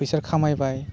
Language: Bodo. फैसा खामायबाय